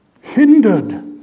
hindered